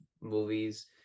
movies